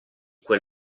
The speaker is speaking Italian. quel